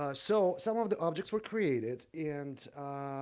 ah so some of the objects were created and,